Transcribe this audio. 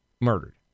murdered